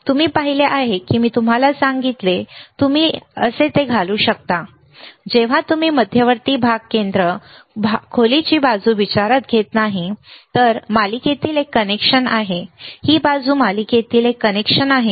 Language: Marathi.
तुम्ही पाहिले की मी तुम्हाला सांगितले की तुम्ही ते असे घालू शकता जेव्हा तुम्ही मध्यवर्ती भाग केंद्र भाग खोलीची बाजू विचारात घेत नाही तर मालिकेतील एक कनेक्शन आहे ही बाजू मालिकेतील एक कनेक्शन आहे